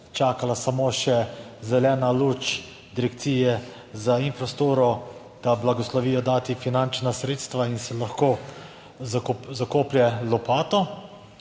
čakala samo še zelena luč direkcije za infrastrukturo, da blagoslovijo dati finančna sredstva in se lahko zakoplje lopato.